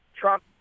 Trump